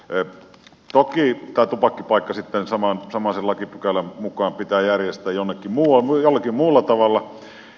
toki tämä tupakkipaikka sitten samaisen lakipykälän mukaan pitää järjestää jollakin muulla tavalla